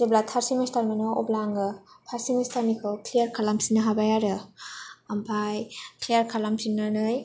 जेब्ला third semester मोनो अब्ला आङो फार्स्त सेमिस्टारनिखौ क्लियार खालामफिननो हाबाय आरो ओमफ्राय क्लियार खालामफिननानै